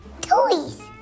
Toys